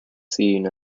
seen